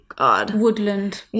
woodland